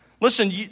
Listen